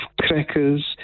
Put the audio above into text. crackers